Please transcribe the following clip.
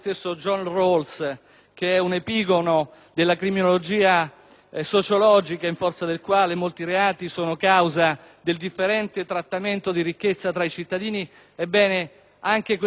John Rawls, ha sostenuto che molti reati sono causa del differente trattamento di ricchezza tra i cittadini, ebbene anche questo famosissimo studioso americano sostiene che non vi è libertà,